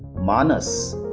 manas,